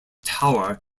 tower